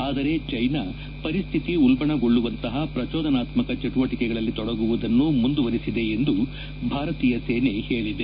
ಆದರೆ ಚೈನಾ ಪರಿಸ್ವಿತಿ ಉಲ್ಲಣಗೊಳ್ಳುವಂತಹ ಪ್ರಜೋದನಾತ್ತಕ ಚಟುವಟಕೆಗಳಲ್ಲಿ ತೊಡಗುವುದನ್ನು ಮುಂದುವರಿಸಿದೆ ಎಂದು ಭಾರತೀಯ ಸೇನೆ ಹೇಳದೆ